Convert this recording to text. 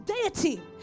deity